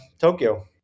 Tokyo